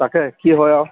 তাকে কি হয় আৰু